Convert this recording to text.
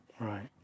Right